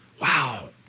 Wow